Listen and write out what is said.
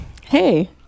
Hey